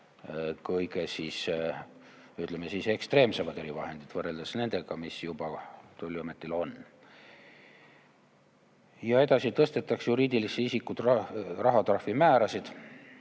kõige-kõige ekstreemsemad erivahendid võrreldes nendega, mis juba tolliametil on. Edasi. Tõstetakse juriidilise isiku rahatrahvi määrasid,